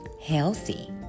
Healthy